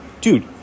Dude